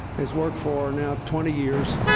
has worked for now twenty years